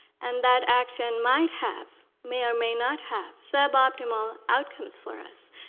and that action might have, may may not have, suboptimal outcomes for us.